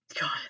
God